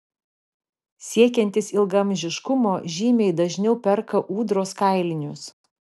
siekiantys ilgaamžiškumo žymiai dažniau perka ūdros kailinius